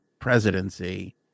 presidency